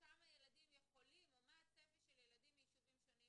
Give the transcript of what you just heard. כמה ילדים יכולים או מה הצפי של ילדים מיישובים שונים.